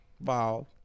Wow